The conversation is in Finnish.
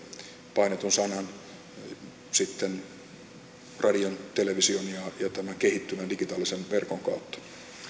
painetun sanan radion television ja tämän kehittyvän digitaalisen verkon kautta